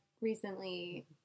recently